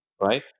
right